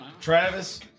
Travis